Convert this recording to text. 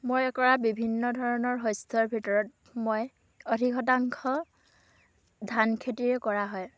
মই কৰা বিভিন্ন ধৰণৰ শস্যৰ ভিতৰত মই অধিক শতাংশ ধান খেতিয়েই কৰা হয়